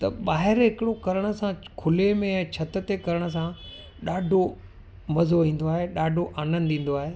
त ॿाहिरि हिकिड़ो करण सां खुले में ऐं छिति ते करण सां ॾाढो मज़ो ईंदो आहे ॾाढो आनंदु ईंदो आहे